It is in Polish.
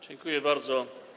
Dziękuję bardzo.